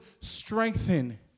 strengthen